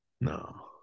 No